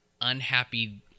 unhappy